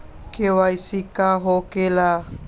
KYC का हो के ला?